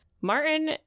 Martin